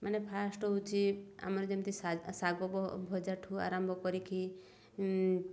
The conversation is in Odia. ମାନେ ଫାର୍ଷ୍ଟ୍ ହେଉଛି ଆମର ଯେମିତି ଶାଗ ଭଜାଠୁ ଆରମ୍ଭ କରିକି